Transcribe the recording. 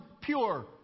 pure